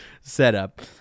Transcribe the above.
setup